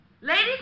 Ladies